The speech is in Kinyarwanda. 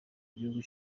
gihugu